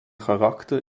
charakter